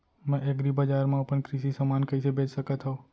मैं एग्रीबजार मा अपन कृषि समान कइसे बेच सकत हव?